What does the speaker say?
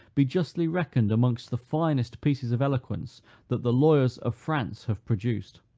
be justly reckoned amongst the finest pieces of eloquence that the lawyers of france have produced.